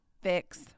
fix